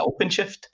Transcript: OpenShift